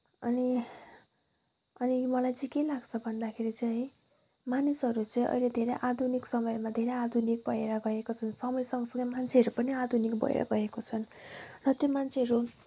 अनि अनि मलाई चाहिँ के लाग्छ भन्दाखेरि चाहिँ मानिसहरू चाहिँ अहिले धेरै आधुनिक समयमा धेरै आधुनिक भएर गएका छन् समय सँगसँगै मान्छेहरू पनि आधुनिक भएर गएका छन् र ती मान्छेहरू